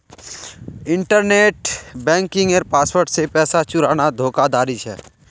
internet बन्किंगेर password से पैसा चुराना धोकाधाड़ी छे